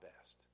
best